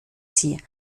sie